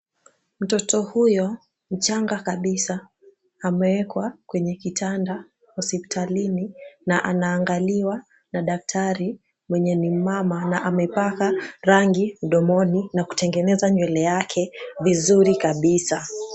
Mtoto huyo mchanga kabisa ,amewekwa kwenye kitanda hospitalini na anaangaliwa na daktari mwenye ni mumama na amepaka rangi mdomoni na kutengeneza nywele yake vizuri kabisa.